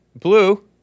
blue